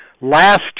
Last